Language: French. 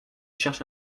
cherche